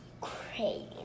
crazy